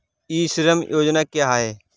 ई श्रम योजना क्या है?